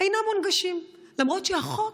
אינם מונגשים, למרות שהחוק